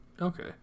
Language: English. Okay